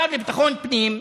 השר לביטחון הפנים,